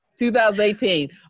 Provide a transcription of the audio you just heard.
2018